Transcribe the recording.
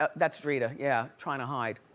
ah that's drita, yeah, tryin' to hide.